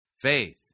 faith